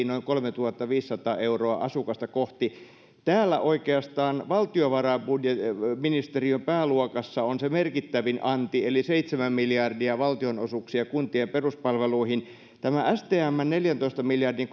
noin kolmetuhattaviisisataa euroa asukasta kohti täällä oikeastaan valtiovarainministeriön pääluokassa on se merkittävin anti eli seitsemän miljardia valtionosuuksia kuntien peruspalveluihin tästä stmn neljäntoista miljardin